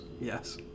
Yes